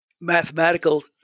mathematical